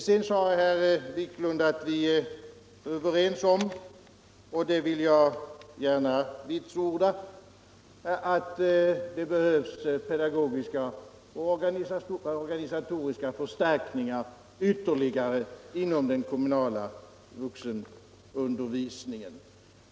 Sedan sade herr Wiklund att vi är överens om — och det vill jag gärna vitsorda — att det behövs ytterligare pedagogiska och organisatoriska förstärkningar inom den kommunala vuxenundervisningen.